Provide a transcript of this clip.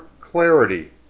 clarity